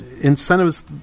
incentives